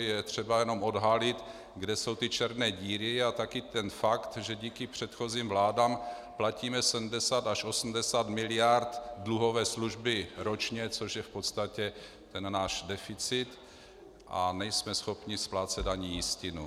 Je třeba jenom odhalit, kde jsou černé díry, a také ten fakt, že díky předchozím vládám platíme 70 až 80 mld. dluhové služby ročně, což je v podstatě ten náš deficit, a nejsme schopni splácet ani jistinu.